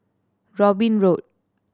Robin Road